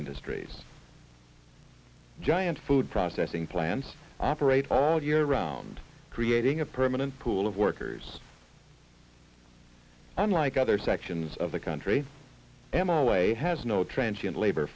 industries giant food processing plants parade around creating a permanent pool of workers unlike other sections of the country emma way has no transient labor